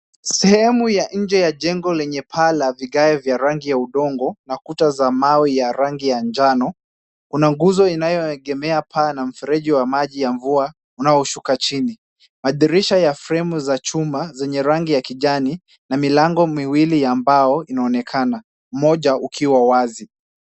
Sehemu ya nje ya jengo lenye paa la vigae vya rangi ya udongo na kuta za mawe ya rangi ya manjano. Kuna nguzo inayoegemea paa na mfereji wa maji ya mvua, unaoshuka chini. Madirisha ya fremu za chuma zenye rangi ya kijani na milango miwili ya mbao inaonekana, mmoja ukiwa wazi.